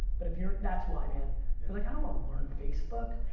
but if you're, that's why, man. they're like, i don't wanna learn facebook.